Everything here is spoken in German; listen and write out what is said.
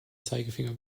zeigefinger